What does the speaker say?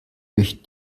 durch